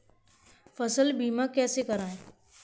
फसल बीमा कैसे कराएँ?